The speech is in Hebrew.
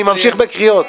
אני אמשיך בקריאות.